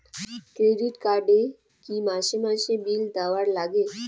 Credit card এ কি মাসে মাসে বিল দেওয়ার লাগে?